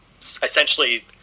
essentially